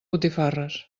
botifarres